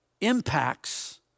impacts